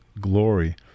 glory